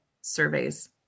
surveys